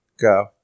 go